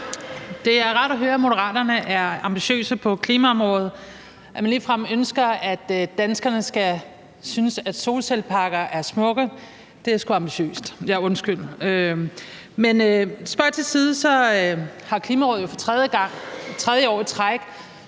Det er rart at høre, at Moderaterne er ambitiøse på klimaområdet. At man ligefrem ønsker, at danskerne skal synes, at solcelleparker er smukke, er sgu ambitiøst – undskyld. Spøg til side, Klimarådet har jo for tredje gang, tredje